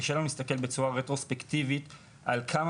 היה קשה לנו להסתכל בצורה רטרוספקטיבית ולבדוק כמה